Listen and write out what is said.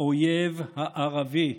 האויב הערבי,